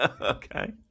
Okay